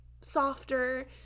softer